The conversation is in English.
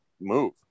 move